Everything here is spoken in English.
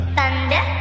Thunder